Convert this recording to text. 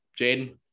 Jaden